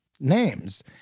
names